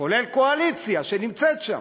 כולל קואליציה שנמצאת שם.